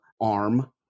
arm